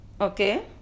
Okay